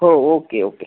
हो okay okay